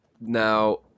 now